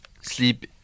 sleep